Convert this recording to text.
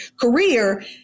career